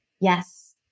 Yes